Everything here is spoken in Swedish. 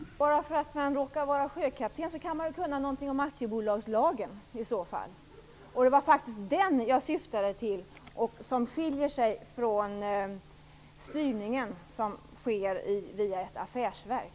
Herr talman! Även om man råkar vara sjökapten kan man väl veta någonting om aktiebolagslagen. Det var den jag syftade på när jag talade om skillnaden på styrningen av ett affärsverk.